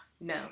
no